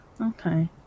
Okay